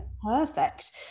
Perfect